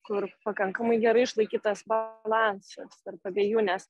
kur pakankamai gerai išlaikytas balansas tarp abiejų nes